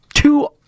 two